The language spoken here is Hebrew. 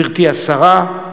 גברתי השרה,